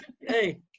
Hey